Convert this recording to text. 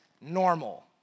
normal